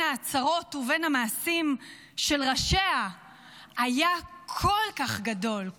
ההצהרות ובין המעשים של ראשיה היה כל כך גדול,